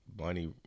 money